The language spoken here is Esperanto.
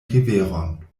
riveron